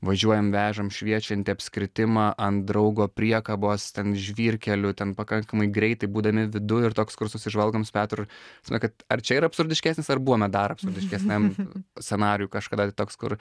važiuojam vežam šviečiantį apskritimą an draugo priekabos ten žvyrkeliu ten pakankamai greitai būdami viduj ir toks kur susižvalgom su petru ta prasme kad ar čia yra absurdiškesnis ar buvome dar absurdiškesniam scenarijuj kažkada toks kur